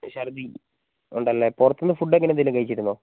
ചർദ്ദി ഉണ്ടല്ലേ പുറത്തുന്ന് ഫുഡ് അങ്ങനെ എന്തെങ്കിലും കഴിച്ചിരുന്നോ